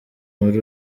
muri